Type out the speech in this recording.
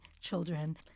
children